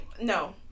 no